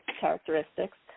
characteristics